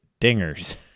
dingers